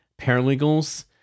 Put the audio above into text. paralegals